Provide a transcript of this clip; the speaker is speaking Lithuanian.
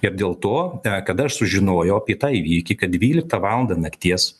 ir dėl to kad aš sužinojau apie tą įvykį kad dvyliktą valandą nakties